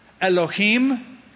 Elohim